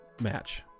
match